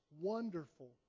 wonderful